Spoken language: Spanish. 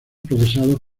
procesados